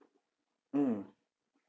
mm